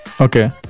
Okay